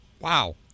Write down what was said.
wow